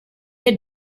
had